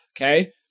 okay